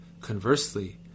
Conversely